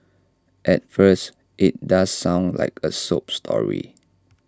at first IT does sound like A sob story